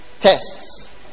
tests